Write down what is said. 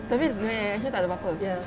tapi dia punya reaction takde apa-apa